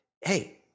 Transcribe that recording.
hey